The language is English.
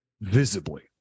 visibly